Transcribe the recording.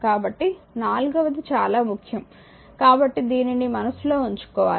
కాబట్టి నాల్గవది చాలా ముఖ్యం కాబట్టి దీనిని మనస్సులో ఉంచుకోవాలి